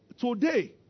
today